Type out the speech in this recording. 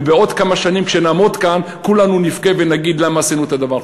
ובעוד כמה שנים כאשר נעמוד כאן כולנו נבכה ונגיד: למה עשינו את הדבר.